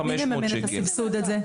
מי מממן את הסבסוד הזה?